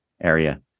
area